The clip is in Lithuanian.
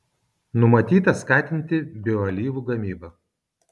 numatyta skatinti bioalyvų gamybą